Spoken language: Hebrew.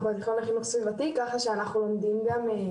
אנחנו התיכון לחינוך סביבתי וכל התלמידים